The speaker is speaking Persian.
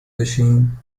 بشین